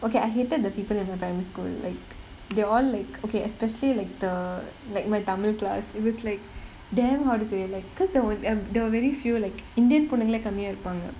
okay I hated the people in my primary school like they're all like okay especially like the like my tamil class it was like damn how to say like because ther~ wa~ am~ there were very few like indian பொண்ணுங்களே கம்மியா இருப்பாங்க:ponnungalae kammiyaa irupaanga